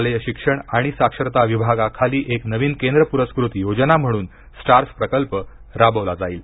शालेय शिक्षण आणि साक्षरता विभागाखाली एक नवीन केंद्र प्रस्कृत योजना म्हणून स्टार्स प्रकल्प राबविला जाईल